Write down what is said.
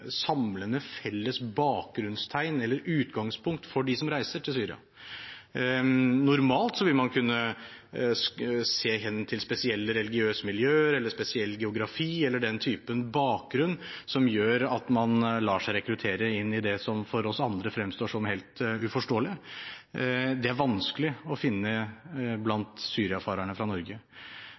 samlende felles bakgrunnstegn eller utgangspunkt for dem som reiser til Syria. Normalt vil man kunne se hen til spesielle religiøse miljøer eller spesiell geografi eller den type bakgrunn som gjør at man lar seg rekruttere inn i det som for oss andre fremstår som helt uforståelig. Det er vanskelig å finne blant syriafarerne fra Norge.